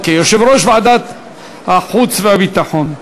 יו"ר ועדת החוץ והביטחון.